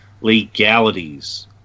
legalities